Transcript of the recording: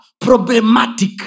problematic